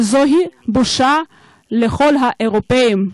וזו בושה לכל האירופים.